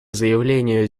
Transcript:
заявлению